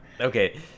Okay